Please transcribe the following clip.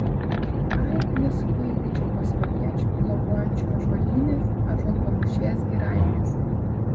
ai nesupykdyčiau pasvaliečių globojančių ąžuolynės ąžuolpamūšės giraitės